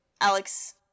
Alex